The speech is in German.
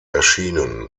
erschienen